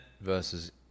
versus